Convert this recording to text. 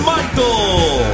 Michael